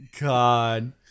God